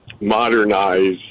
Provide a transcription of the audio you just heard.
modernize